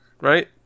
right